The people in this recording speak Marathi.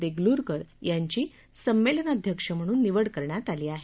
देगलूरकर यांची संमेलनाध्यक्ष म्हणून निवड करण्यात आली आहे